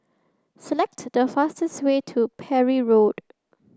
select the fastest way to Parry Road